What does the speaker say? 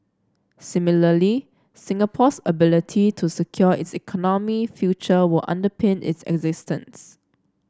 similarly Singapore's ability to secure its economic future will underpin its existence